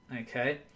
Okay